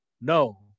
No